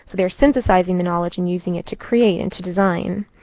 so they are synthesizing the knowledge and using it to create and to design.